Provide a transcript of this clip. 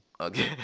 Okay